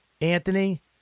Anthony